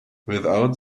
without